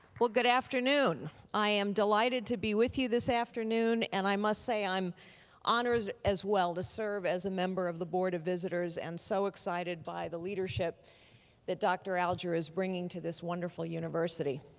well, good afternoon. i am delighted to be with you this afternoon and i must say that i'm honored as well to serve as a member of the board of visitors and so excited by the leadership that dr. alger is bringing to this wonderful university.